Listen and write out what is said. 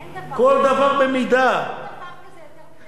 אין דבר כזה יותר מדי יפה.